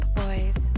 boys